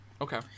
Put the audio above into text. Okay